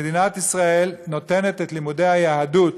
כשמדינת ישראל נותנת את לימודי היהדות